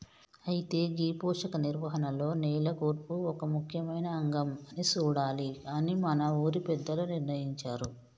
అయితే గీ పోషక నిర్వహణలో నేల కూర్పు ఒక ముఖ్యమైన అంగం అని సూడాలి అని మన ఊరి పెద్దలు నిర్ణయించారు